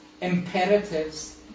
imperatives